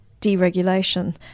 deregulation